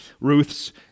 Ruth's